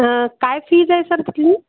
तर काय फीज आहे सर तिथली